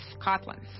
Scotland